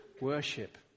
worship